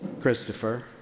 Christopher